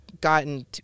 gotten